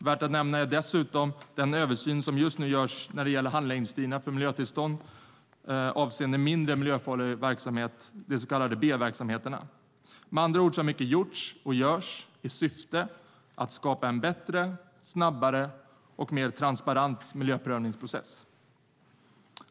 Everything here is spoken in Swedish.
Värt att nämna är dessutom den översyn som just nu görs när det gäller handläggningstiderna för miljötillstånd avseende mindre miljöfarlig verksamhet, de så kallade B-verksamheterna. Med andra ord har mycket gjorts och görs i syfte att skapa en bättre, snabbare och mer transparent miljöprövningsprocess.